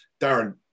Darren